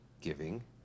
giving